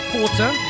Porter